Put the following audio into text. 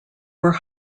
were